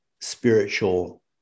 spiritual